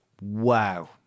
wow